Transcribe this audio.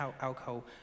alcohol